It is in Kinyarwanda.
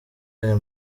aya